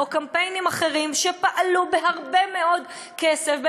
או קמפיינים אחרים שפעלו בהרבה מאוד כסף,